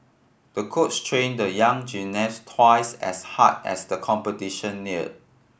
the coach trained the young gymnast twice as hard as the competition near